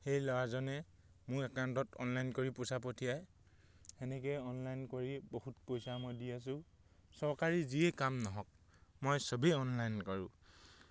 সেই ল'ৰাজনে মোৰ একাউণ্টত অনলাইন কৰি পইচা পঠিয়ায় সেনেকৈ অনলাইন কৰি বহুত পইচা মই দি আছোঁ চৰকাৰী যিয়ে কাম নহওক মই চবেই অনলাইন কৰোঁ